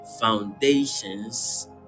foundations